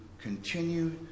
continue